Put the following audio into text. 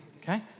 Okay